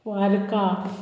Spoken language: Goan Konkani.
वार्का